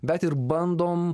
bet ir bandom